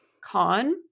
con